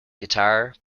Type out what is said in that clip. guitar